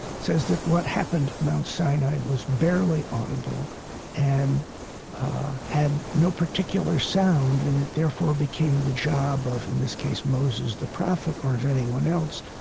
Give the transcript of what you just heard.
says that what happened at mount sinai was barely audible and had no particular sound, and it therefore became the job of, in this case, moses, the prophet, or of anyone else,